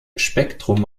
spektrum